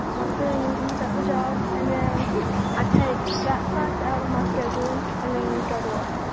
went for the interview, got the job, and then i take that class out of my schedule and then go to work.